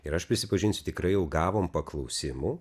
ir aš prisipažinsiu tikrai jau gavom paklausimų